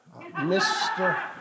Mr